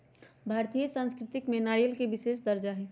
भारतीय संस्कृति में नारियल के विशेष दर्जा हई